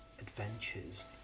Adventures